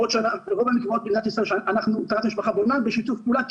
המקוואות במדינת ישראל שאנחנו בשיתוף פעולה,